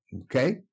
Okay